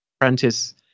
Apprentice